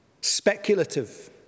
Speculative